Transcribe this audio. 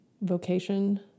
vocation